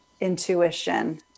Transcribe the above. intuition